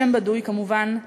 שם בדוי כמובן,